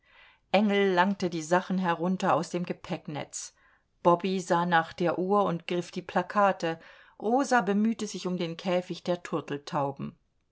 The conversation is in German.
engel langte die sachen herunter aus dem gepäcknetz bobby sah nach der uhr und griff die plakate rosa bemühte sich um den käfig der turteltauben